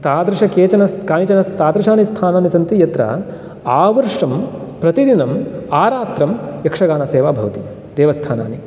तादृश केचन कानिचन तादृशानि स्थानानि सन्ति यत्र आवर्षं प्रतिदिनम् आरात्रं यक्षगानसेवा भवति देवस्थानानि